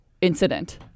incident